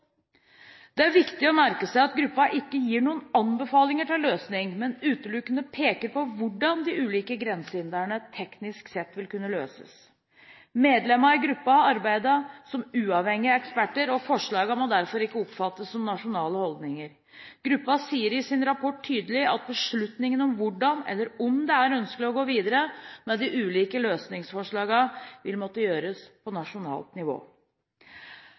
Det er viktig å merke seg at gruppen ikke gir noen anbefalinger til løsning, men utelukkende peker på hvordan de ulike grensehindrene teknisk sett vil kunne løses. Medlemmene i gruppen arbeidet som uavhengige eksperter, og forslagene må derfor ikke oppfattes som nasjonale holdninger. Gruppen sier i sin rapport tydelig at beslutningen om hvordan eller om det er ønskelig å gå videre med de ulike løsningsforslagene, vil måtte gjøres på nasjonalt nivå.